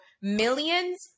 millions